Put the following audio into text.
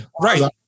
Right